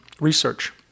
research